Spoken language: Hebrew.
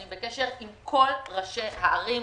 אני בקשר עם כל ראשי הערים.